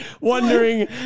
wondering